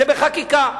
זה בחקיקה.